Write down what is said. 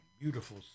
Beautiful